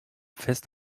fest